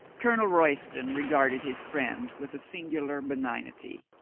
colonel royston regarded his friend with a sin gular benignity.